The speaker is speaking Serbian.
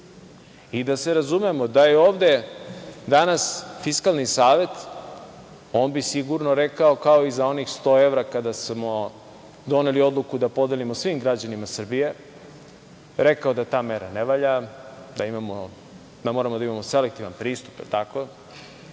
Da se razumemo, da je ovde danas Fiskalni savet, on bi sigurno rekao kao i za onih 100 evra kada smo doneli odluku da podelimo svim građanima Srbije, rekao da ta mera ne valja, da imamo, da moramo da imamo selektivan pristup, da li je tako?